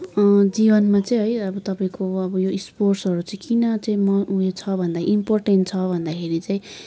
जीवनमा चहिँ है अब तपाईँको अब यो स्पोर्टहरू चाहिँ किन चाहिँ म उयो छ इम्पोर्टेन्ट छ भन्दाखेरि चाहिँ